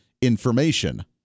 Information